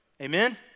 amen